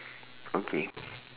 okay